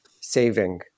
saving